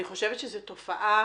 אני חושבת שזו תופעה